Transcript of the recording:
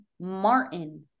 martin